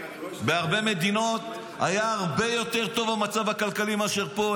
בהרבה מדינות המצב הכלכלי היה הרבה יותר טוב מאשר פה.